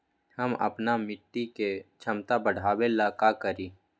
हम अपना मिट्टी के झमता बढ़ाबे ला का करी?